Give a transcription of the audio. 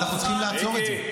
ואנחנו צריכים לעצור את זה.